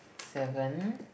seven